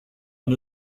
and